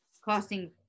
costing